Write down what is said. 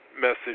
message